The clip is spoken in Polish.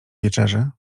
wieczerzy